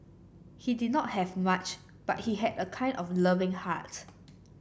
he did not have much but he had a kind and loving heart